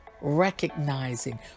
recognizing